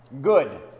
Good